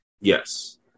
Yes